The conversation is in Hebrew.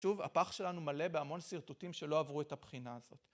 שוב, הפח שלנו מלא בהמון שירטוטים שלא עברו את הבחינה הזאת.